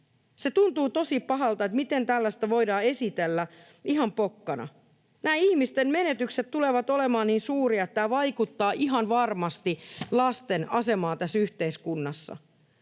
Se tuntuu tosi pahalta, miten tällaista voidaan esitellä ihan pokkana. Nämä ihmisten menetykset tulevat olemaan niin suuria, että tämä vaikuttaa ihan varmasti lasten asemaan tässä yhteiskunnassa.